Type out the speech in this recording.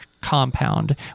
compound